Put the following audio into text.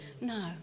No